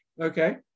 Okay